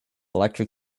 electric